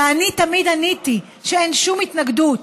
ואני תמיד עניתי שאין שום התנגשות,